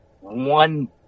one